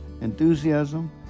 enthusiasm